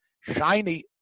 Shiny